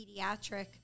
pediatric